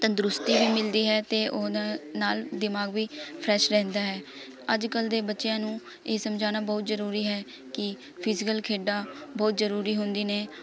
ਤੰਦਰੁਸਤੀ ਵੀ ਮਿਲਦੀ ਹੈ ਅਤੇ ਉਹ ਨਾਲ਼ ਦਿਮਾਗ਼ ਵੀ ਫਰੈਸ਼ ਰਹਿੰਦਾ ਹੈ ਅੱਜ ਕੱਲ੍ਹ ਦੇ ਬੱਚਿਆਂ ਨੂੰ ਇਹ ਸਮਝਾਉਣਾ ਬਹੁਤ ਜ਼ਰੂਰੀ ਹੈ ਕਿ ਫਿਜ਼ੀਕਲ ਖੇਡਾਂ ਬਹੁਤ ਜ਼ਰੂਰੀ ਹੁੰਦੀ ਨੇ